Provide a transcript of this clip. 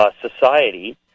society